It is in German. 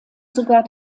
sogar